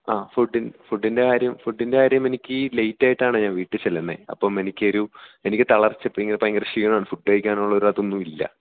ആ ഫുഡ്ഡി ഫുഡ്ഡിൻ്റെ കാര്യം ഫുഡ്ഡിൻ്റെ കാര്യം എനിക്ക് ലേറ്റായിട്ടാണ് ഞാൻ വീട്ടിൽ ചെല്ലുന്നത് അപ്പം എനിക്കൊരു എനിക്ക് തളർച്ച ഭയങ്കര ക്ഷീണമാണ് ഫുഡ് കഴിക്കാനുള്ളൊരു അതൊന്നും ഇല്ല